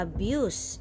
Abuse